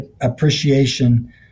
appreciation